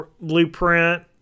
Blueprint